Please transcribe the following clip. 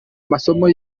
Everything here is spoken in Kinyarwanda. amasomo